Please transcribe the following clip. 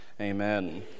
amen